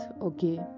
okay